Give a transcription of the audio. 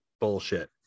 Bullshit